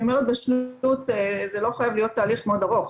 אומרת בשלות זה לא חייב להיות תהליך מאוד ארוך,